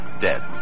dead